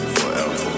forever